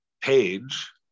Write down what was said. Page